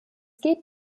geht